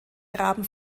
graben